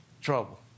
trouble